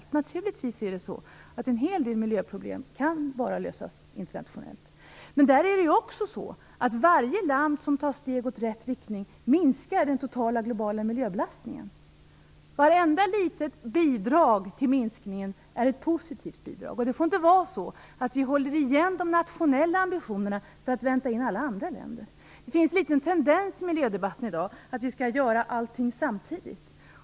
Det är naturligtvis så att en hel del miljöproblem bara kan lösas internationellt. Men varje land som tar ett steg i rätt riktning minskar den totala globala miljöbelastningen. Vartenda litet bidrag till minskningen är ett positivt bidrag. Det får inte vara så att vi håller igen de nationella ambitionerna för att vänta in alla andra länder. Det finns en liten tendens i miljödebatten i dag att vi skall göra allting samtidigt.